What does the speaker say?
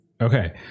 Okay